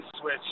switch